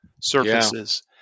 surfaces